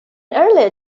earlier